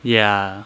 ya